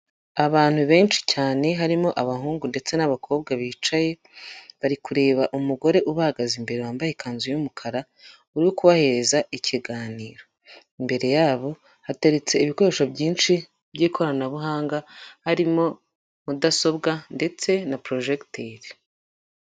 Abantu benshi cyane harimo abahungu ndetse n'abakobwa bicaye, bari kureba umugore ubahagaze imbere wambaye ikanzu y'umukara, uri kubahereza ikiganiro, imbere yabo hateretse ibikoresho byinshi by'ikoranabuhanga harimo mudasobwa ndetse na porojegiteri.